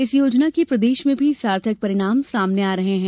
इस योजना के प्रदेश में भी सार्थक परिणाम समाने आ रहे है